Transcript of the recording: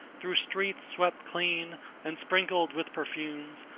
through streets swept clean and sprinkled with perfumes,